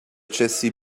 jessie